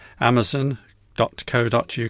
amazon.co.uk